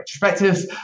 retrospectives